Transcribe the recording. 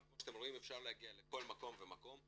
כמו שאתם רואים אפשר להגיע לכל מקום ומקום.